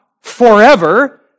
forever